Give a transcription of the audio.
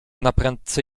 naprędce